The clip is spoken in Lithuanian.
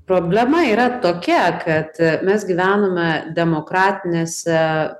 problema yra tokia kad mes gyvename demokratinėse